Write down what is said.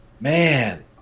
man